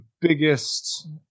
biggest